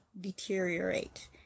deteriorate